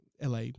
LA